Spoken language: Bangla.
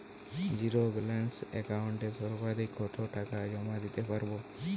জীরো ব্যালান্স একাউন্টে সর্বাধিক কত টাকা জমা দিতে পারব?